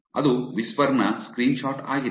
ಅದು ವಿಸ್ಪರ್ ನ ಸ್ಕ್ರೀನ್ಶಾಟ್ ಆಗಿದೆ